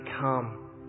come